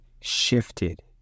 shifted